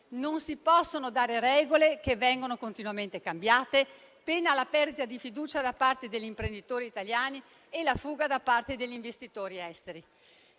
Non si possono dare regole che vengono continuamente cambiate, pena la perdita di fiducia da parte degli imprenditori italiani e la fuga da parte degli investitori esteri.